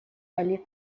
али